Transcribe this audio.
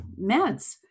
meds